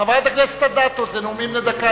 חברת הכנסת אדטו, אלה נאומים בני דקה.